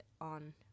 on